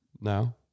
no